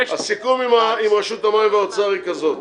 הסיכום עם רשות המים והאוצר הוא כזה: